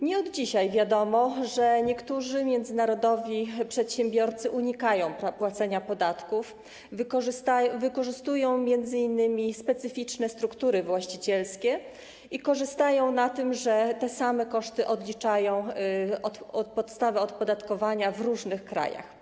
Nie od dzisiaj wiadomo, że niektórzy międzynarodowi przedsiębiorcy unikają płacenia podatków, wykorzystują m.in. specyficzne struktury właścicielskie i korzystają na tym, że te same koszty odliczają od podstawy opodatkowania w różnych krajach.